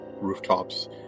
Rooftops